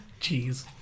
Jeez